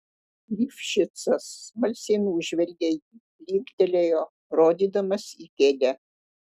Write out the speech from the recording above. lifšicas smalsiai nužvelgė jį linktelėjo rodydamas į kėdę